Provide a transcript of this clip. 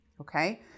okay